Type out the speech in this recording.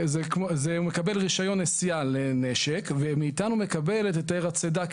הוא מקבל רישיון נשיאה לנשק ומאתנו הוא מקבל את היתר הצידה.